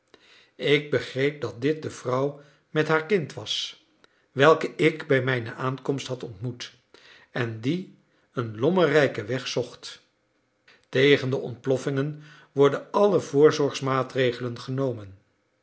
ik begreep dat dit de vrouw met haar kind was welke ik bij mijne aankomst had ontmoet en die een lommerrijken weg zocht tegen de ontploffingen worden alle voorzorgsmaatregelen genomen